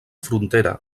frontera